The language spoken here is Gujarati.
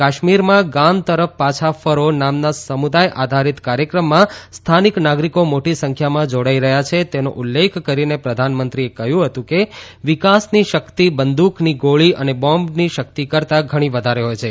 કાશ્મીરમાં ગામ તરફ પાછા ફરી નામના સમુદાય આધારિત કાર્યક્રમમાં સ્થાનિક નાગરીકો મોટી સંખ્યામાં જાડાઈ રહયા છે તેનો ઉલ્લેખ કરીને પ્રધાનમંત્રીએ કહયું હતું કે વિકાસની શકિત બંદુકની ગોળી અને બોમ્બની શકિત કરતા ઘણી વધારે હોથ છે